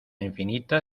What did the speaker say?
infinita